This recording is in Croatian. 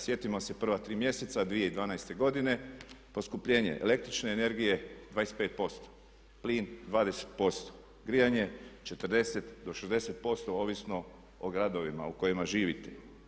Sjetimo se prva tri mjeseca 2012. godine poskupljenje električne energije 25%, plin 20%, grijanje 40 do 60% ovisno o gradovima u kojima živite.